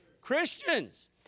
Christians